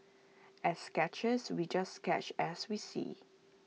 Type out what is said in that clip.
as sketchers we just sketch as we see